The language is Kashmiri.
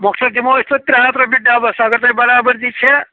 مۄخصر دِمو أسۍ تۄہہِ ترٛے ہَتھ رۄپیہِ ڈَبَس اگر تۄہہِ برابردی چھےٚ